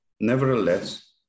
Nevertheless